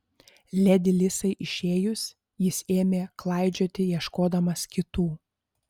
ledi lisai išėjus jis ėmė klaidžioti ieškodamas kitų